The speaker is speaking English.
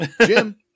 jim